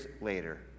later